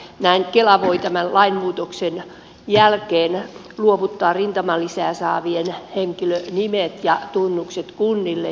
näin kela voi tämän lainmuutoksen jälkeen luovuttaa rintamalisää saavien henkilöiden nimet ja tunnukset kunnille